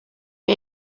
and